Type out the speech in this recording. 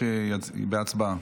בהצבעה.